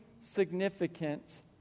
significance